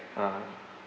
uh